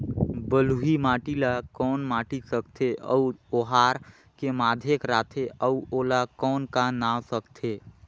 बलुही माटी ला कौन माटी सकथे अउ ओहार के माधेक राथे अउ ओला कौन का नाव सकथे?